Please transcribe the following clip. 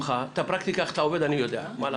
את הפרקטיקה איך אתה עובד אני יודע מה לעשות,